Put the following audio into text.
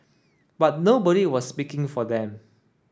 but nobody was speaking for them